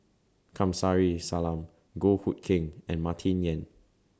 Kamsari Salam Goh Hood Keng and Martin Yan